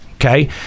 Okay